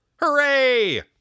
Hooray